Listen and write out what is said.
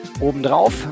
obendrauf